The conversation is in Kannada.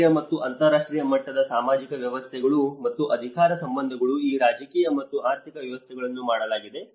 ರಾಷ್ಟ್ರೀಯ ಮತ್ತು ಅಂತರಾಷ್ಟ್ರೀಯ ಮಟ್ಟದಲ್ಲಿ ಸಾಮಾಜಿಕ ವ್ಯವಸ್ಥೆಗಳು ಮತ್ತು ಅಧಿಕಾರ ಸಂಬಂಧಗಳು ಮತ್ತು ರಾಜಕೀಯ ಮತ್ತು ಆರ್ಥಿಕ ವ್ಯವಸ್ಥೆಗಳು ಮಾಡಲಾಗಿದೆ